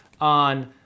on